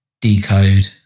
decode